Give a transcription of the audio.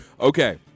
Okay